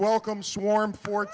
welcome swarm for